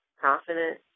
confident